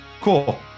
cool